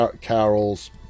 Carol's